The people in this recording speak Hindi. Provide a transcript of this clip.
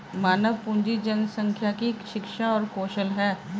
मानव पूंजी जनसंख्या की शिक्षा और कौशल है